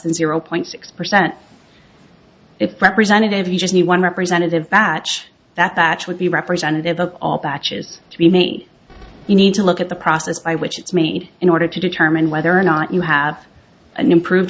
than zero point six percent if representative you just knew one representative batch that that would be representative of all batches to be made you need to look at the process by which it's made in order to determine whether or not you have an improved